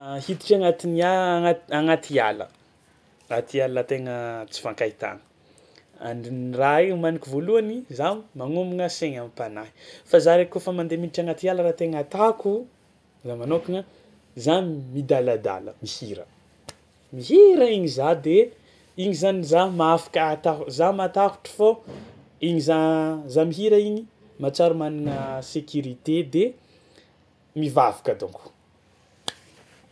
A hiditra agnatin'ny a- agna- agnaty ala atiala tegna tsy ifankahitagna: andrin- raha io homaniko voalohany za magnomagna saigna amam-panahy fa za ndraiky kaofa mandeha miditra anaty ala raha tegna atako za manôkagna za midaladala mihira mihira igny za de igny zany za mahafaka ataho- za matahotro fô igny za za mihira igny mahatsiaro managna sécurité de mivavaka ataoko.